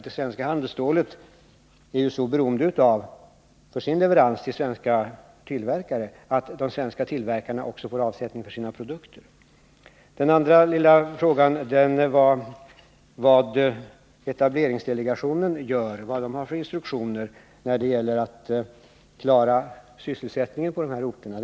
Det svenska handelsstålet är ju för sin leverans till svenska tillverkare så beroende av att dessa också får avsättning för sina produkter. Den andra punkten gällde vad etableringsdelegationen gör och vad den har för instruktioner i vad avser att klara sysselsättningen på de aktuella orterna.